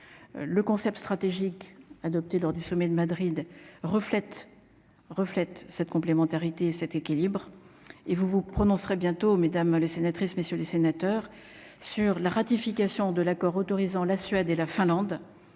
le concept stratégique adopté lors du sommet de Madrid reflète reflète cette complémentarité cet équilibre et vous vous prononcerez bientôt mesdames les sénatrices, messieurs les sénateurs sur la ratification de l'accord autorisant la Suède et la Finlande